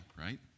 right